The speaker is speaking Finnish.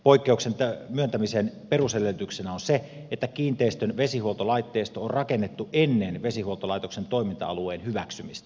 poikkeuksen myöntämisen perusedellytyksenä on se että kiinteistön vesihuoltolaitteisto on rakennettu ennen vesihuoltolaitoksen toiminta alueen hyväksymistä